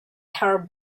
her